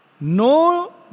No